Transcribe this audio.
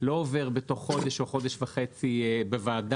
לא עובר תוך חודש או חודש וחצי בוועדה,